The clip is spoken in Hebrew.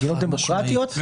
מדינות דמוקרטיות -- חד-משמעית.